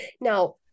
Now